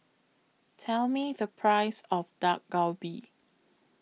Tell Me The Price of Dak Galbi